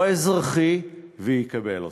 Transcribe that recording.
או אזרחי, ויקבל אותה.